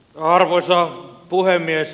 arvoisa puhemies